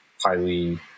highly